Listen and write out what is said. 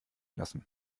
lassen